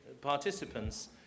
participants